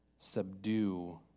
subdue